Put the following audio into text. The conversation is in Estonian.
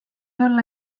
olla